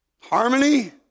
Harmony